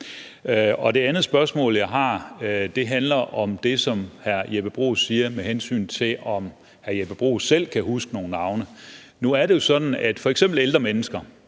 Det andet spørgsmål, jeg har, handler om det, som hr. Jeppe Bruus siger med hensyn til, om hr. Jeppe Bruus selv kan huske nogle navne. Nu er det jo sådan, at f.eks. ældre mennesker